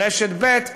ברשת ב',